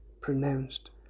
pronounced